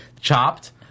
Chopped